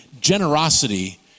generosity